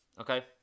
Okay